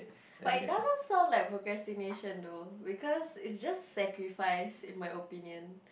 but it doesn't sound like procrastination though because is just sacrifice in my opinion